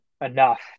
enough